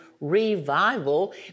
revival